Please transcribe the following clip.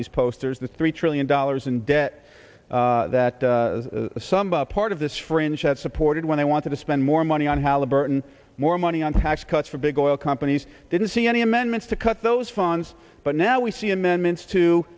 these posters the three trillion dollars in debt that somebody part of this friendship supported when i wanted to spend more money on halliburton more money on tax cuts for big oil companies didn't see any amendments to cut those funds but now we see amendments to